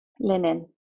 Linen